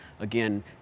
Again